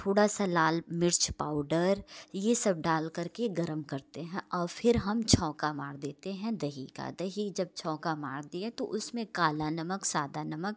थोड़ा सा लाल मिर्च पाउडर ये सब डालकर के गरम करते हैं औ फ़िर हम छौंका मार देते हैं दही का दही जब छौंका मार दिए तो उसमें काला नमक सादा नमक